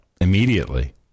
immediately